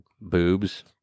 boobs